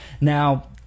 Now